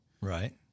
Right